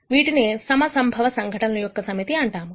వీటినే సమ సంభవ ఘటనల యొక్క సమితి అంటాము